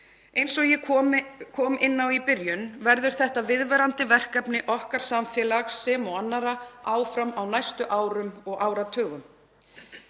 Eins og ég kom inn á í byrjun verður þetta viðvarandi verkefni okkar samfélags sem og annarra áfram á næstu árum og áratugum.